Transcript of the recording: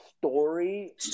story